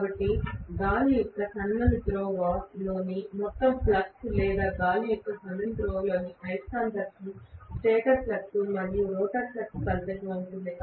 కాబట్టి గాలి యొక్క సన్నని త్రోవ లోని మొత్తం ఫ్లక్స్ లేదా గాలి యొక్క సన్నని త్రోవ లోని అయస్కాంతత్వం స్టేటర్ ఫ్లక్స్ మరియు రోటర్ ఫ్లక్స్ ఫలితంగా ఉంటుంది